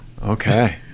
Okay